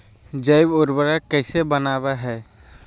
जैव उर्वरक कैसे वनवय हैय?